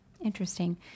Interesting